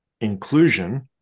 Inclusion